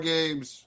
Games